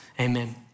Amen